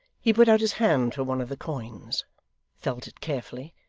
he put out his hand for one of the coins felt it carefully,